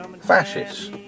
fascists